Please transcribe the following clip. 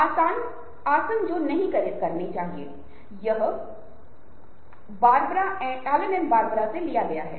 मान लीजिए कि हमने x और y कहा है